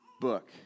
book